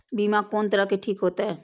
बीमा कोन तरह के ठीक होते?